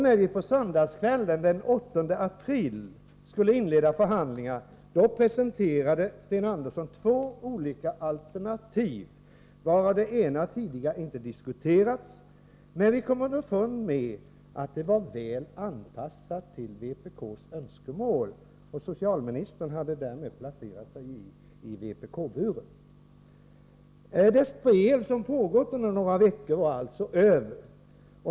När vi på söndagskvällen den 8 april skulle inleda förhandlingar, presenterade Sten Andersson två olika alternativ, varav det ena tidigare inte diskuterats. Vi kom emellertid underfund med att det var väl anpassat till vpk:s önskemål. Socialministern hade därmed placerat sig i vpk-buren. Det spel som pågått under några veckor var alltså över.